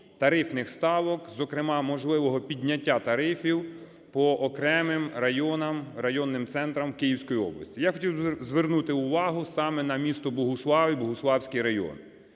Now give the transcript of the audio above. тарифних ставок, зокрема можливого підняття тарифів по окремим районам, районним центрам Київської області. Я хотів би звернути увагу саме на місто Богуслав і Богуславський район.